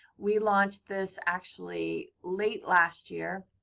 we launched this actually late last year.